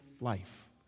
life